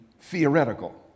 theoretical